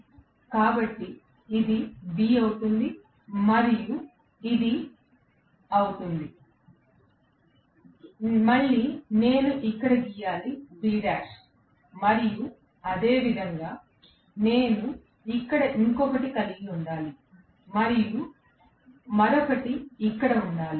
కాబట్టి ఇది B అవుతుంది మరియు ఇది అవుతుంది మళ్ళీ నేను ఇక్కడ గీయాలి B' మరియు అదేవిధంగా నేను ఇక్కడ ఇంకొకటి కలిగి ఉండాలి మరియు మరొకటి ఇక్కడ ఉండాలి